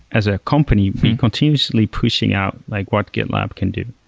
as a company, we're continuously pushing out like what gitlab can do.